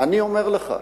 אני אומר לך,